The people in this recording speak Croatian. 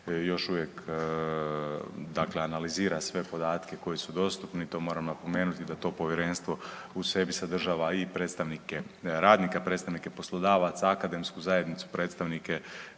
još uvijek dakle analizira sve podatke koji su dostupni. To moram napomenuti da to povjerenstvo u sebi sadržava i predstavnike radnika, predstavnike poslodavaca, akademsku zajednicu, predstavnike